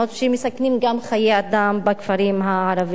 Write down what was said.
שמסכנות גם חיי אדם בכפרים הערביים.